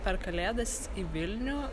per kalėdas į vilnių